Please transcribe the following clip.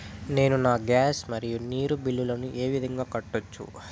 నేను నా గ్యాస్, మరియు నీరు బిల్లులను ఏ విధంగా కట్టొచ్చు?